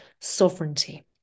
sovereignty